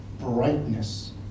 brightness